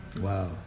Wow